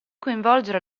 coinvolgere